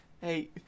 Hey